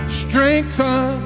strengthen